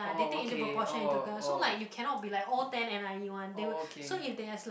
oh okay oh oh oh okay